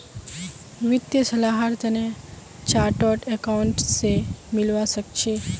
वित्तीय सलाहर तने चार्टर्ड अकाउंटेंट स मिलवा सखे छि